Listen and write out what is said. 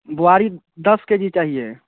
बोआरी दस K G चाहिए